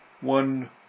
one